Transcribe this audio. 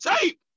tape